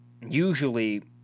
usually